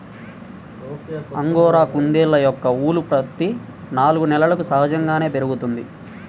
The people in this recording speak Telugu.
అంగోరా కుందేళ్ళ యొక్క ఊలు ప్రతి నాలుగు నెలలకు సహజంగానే పెరుగుతుంది